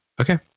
okay